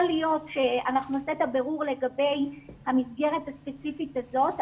להיות שאנחנו נעשה את הבירור לגבי המסגרת הספציפית הזאת,